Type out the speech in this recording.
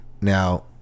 Now